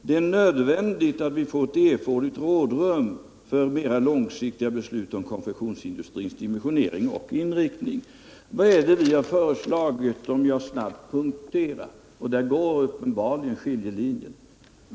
Det är nödvändigt att vi får erforderligt rådrum för mer långsiktiga beslut 63 om konfektionsindustrins dimensionering och inriktning, har det alltså sagts. Det finns uppenbarligen skiljelinjer. Låt mig göra en snabb uppräkning av de olika punkterna.